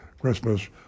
Christmas